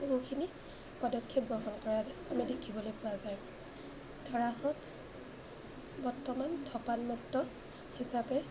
বহুখিনি পদক্ষেপ গ্ৰহণ কৰা আমি দেখিবলৈ পোৱা যায় ধৰা হওক বৰ্তমান ধপাতমুক্ত হিচাপে